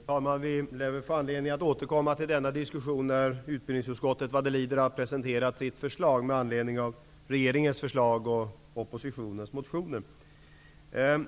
Fru talman! Vi lär väl få anledning att återkomma till denna diskussion när utbildningsutskottet har presenterat sitt förslag med anledning av regeringens förslag och oppositionens motioner. Jag